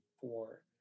four